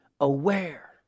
aware